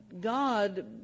God